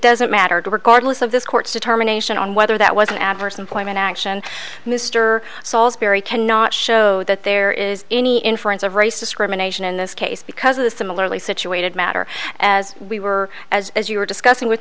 doesn't matter to regardless of this court determination on whether that was an adverse employment action mr sauls barry cannot show that there is any inference of race discrimination in this case because of the similarly situated matter as we were as as you were discussing with